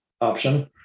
option